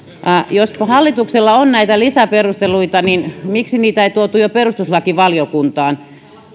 jos hallituksella on lisäperusteluita niin miksi niitä ei tuotu jo perustuslakivaliokuntaan